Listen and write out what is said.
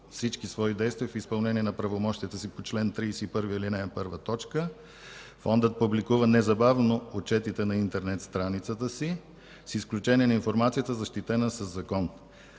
всички свои действия в изпълнение на правомощията си по чл. 31, ал. 1. Фондът публикува незабавно отчетите на интернет страницата с изключение на информацията, защитена със закон.